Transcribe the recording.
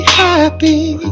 happy